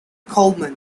coleman